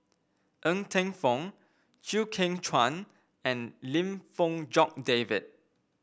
Ng Teng Fong Chew Kheng Chuan and Lim Fong Jock David